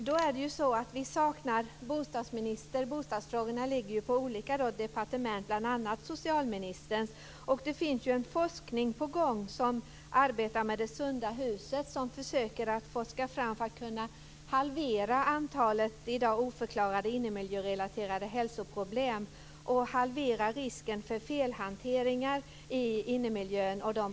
Fru talman! Det saknas ju en bostadsminister. Bostadsfrågorna ligger på olika departement, bl.a. på socialministerns departement. Det finns en forskning som arbetar med Det sunda huset för att man skall kunna halvera antalet i dag oförklarade inremiljörelaterade hälsoproblem och halvera risken för felhantering i innemiljön.